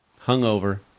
Hungover